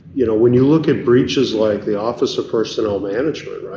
you know when you look at breaches like the office of personnel management,